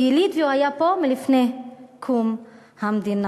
הוא יליד, הוא היה פה לפני קום המדינה.